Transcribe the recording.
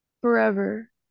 forever